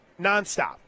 nonstop